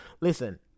Listen